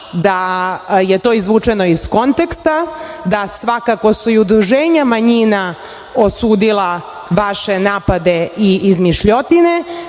da je to izvučeno iz konteksta, da svakako su Udruženja manjina osudila vaše napade i izmišljotine,